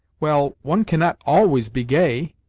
well, one cannot always be gay.